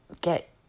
get